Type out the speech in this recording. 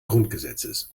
grundgesetzes